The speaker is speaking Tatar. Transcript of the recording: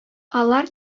алар